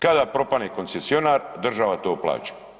Kada propadne koncesionar, država to plaća.